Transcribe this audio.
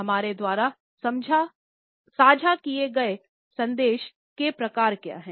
हमारे द्वारा साझा किए जाने वाले संदेश के प्रकार क्या हैं